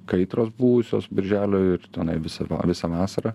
kaitros buvusios birželio ir tenai visą visą vasarą